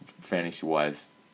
fantasy-wise